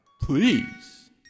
please